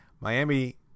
Miami